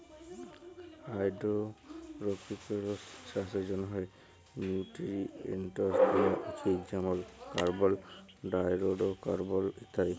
hydroponics চাষের জ্যনহে nutrients দিয়া উচিত যেমল কার্বল, হাইডোরোকার্বল ইত্যাদি